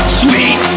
sweet